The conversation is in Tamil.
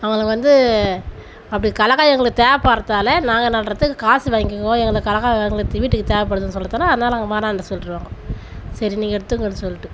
அவங்களுக்கு வந்து அப்படி கடலக்கா எங்களுக்கு தேவைப்பட்றதால நாங்கள் நடுறதுக்கு காசு வாங்கிக்குவோம் எங்களுக்கு கடலக்கா எங்களுக்கு வீட்டுக்கு தேவைப்படுது சொல்கிறத்தால அதனால வேணாம்னு சொல்லிருவாங்க சரி நீங்கள் எடுத்துங்க சொல்லிட்டு